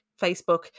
Facebook